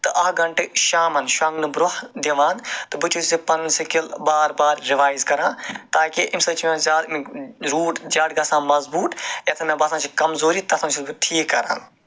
تہٕ اکھ گَنٹہٕ شامَن شۄنگنہٕ برونہہ دِوان تہٕ بہٕ چھُس یہِ پَنُن سِکِل بار بار رِوایِز کران تاکہِ اَمہِ سۭتۍ چھے مےٚ زیادٕ روٗٹ زیادٕ گژھان مَضبوٗط روٗٹ یَتھ کَمزوری تَتھ چھُس بہٕ ٹھیٖک کران